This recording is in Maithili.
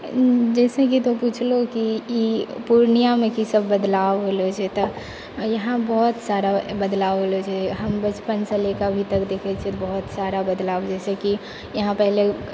जइसेकि तोँ पुछलहो की ई पूर्णियामे की सब बदलाव होलऽ छै तऽ यहाँ बहुत सारा बदलाव होलऽ छै हम बचपनसँ लऽ कऽ अभीतक देखै छिए तऽ बहुत सारा बदलाव जइसेकि यहाँ पहिले